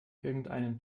irgendeinem